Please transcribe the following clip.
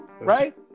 right